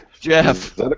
Jeff